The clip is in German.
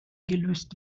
gelöst